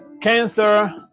Cancer